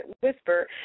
whisper